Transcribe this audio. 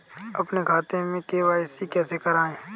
अपने खाते में के.वाई.सी कैसे कराएँ?